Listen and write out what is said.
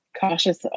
cautious